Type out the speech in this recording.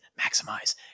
maximize